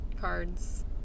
cards